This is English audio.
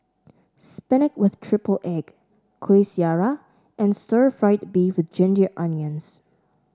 spinach with triple egg Kuih Syara and Stir Fried Beef with Ginger Onions